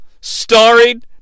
starring